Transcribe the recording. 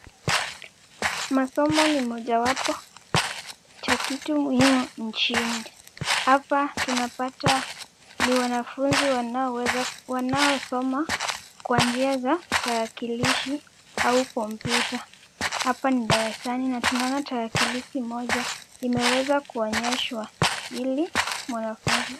Masomo ni mojawapo cha kitu muhimu nchini. Hapa tunapata ni wanafunzi wanaoweza, wanaosoma kwa njia za tarakilishi au kompyuta. Hapa ni darasani na tunaona tarakilishi moja imeweza kuonyeshwa ili mwanafunzi.